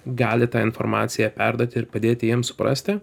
gali tą informaciją perduoti ir padėti jiem suprasti